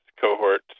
cohort